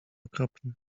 okropny